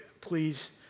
please